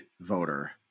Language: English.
voter